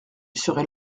serait